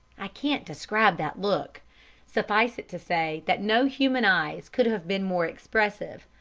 i can't describe that look suffice it to say that no human eyes could have been more expressive,